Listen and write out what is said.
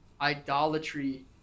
idolatry